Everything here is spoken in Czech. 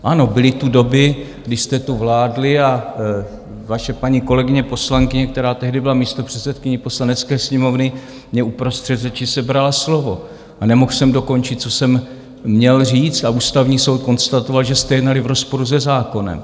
Ano, byly tu doby, kdy jste tu vládli a vaše paní kolegyně poslankyně, která tehdy byla místopředsedkyní Poslanecké sněmovny, mně uprostřed řeči sebrala slovo a nemohl jsem dokončit, co jsem měl říct, a Ústavní soud konstatoval, že jste jednali v rozporu se zákonem.